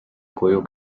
koju